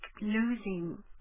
losing